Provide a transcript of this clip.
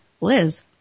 Liz